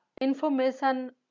information